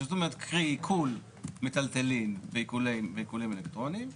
קרי עיקול מיטלטלין ועיקולים אלקטרוניים בלבד,